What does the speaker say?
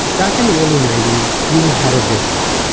back in the early nineties, gil had a vision.